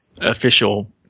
official